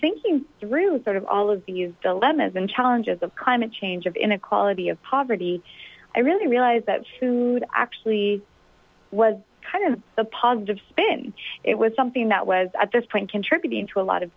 thinking through sort of all these dilemma's and challenges of climate change of inequality of poverty i really realized that to actually was kind of a positive spin it was something that was at this point contributing to a lot of